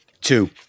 Two